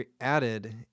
added